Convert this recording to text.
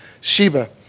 Sheba